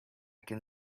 can